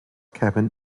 cabin